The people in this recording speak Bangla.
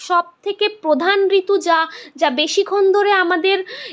সবথেকে প্রধান ঋতু যা যা বেশিক্ষণ ধরে আমাদের